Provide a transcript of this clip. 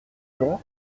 long